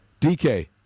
dk